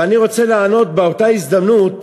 ואני רוצה לענות באותה הזדמנות,